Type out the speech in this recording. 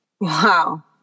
Wow